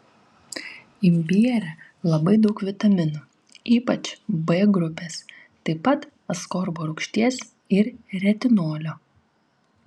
imbiere labai daug vitaminų ypač b grupės taip pat askorbo rūgšties ir retinolio